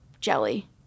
jelly